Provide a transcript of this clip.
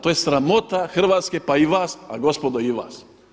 To je sramota Hrvatske, pa i vas, a gospodo i vas!